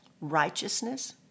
Righteousness